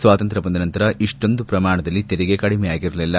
ಸ್ವಾತಂತ್ರ್ಯ ಬಂದ ನಂತರ ಇಷ್ಲೊಂದು ಪ್ರಮಾಣದಲ್ಲಿ ತೆರಿಗೆ ಕಡಿಮೆಯಾಗಿರಲಿಲ್ಲ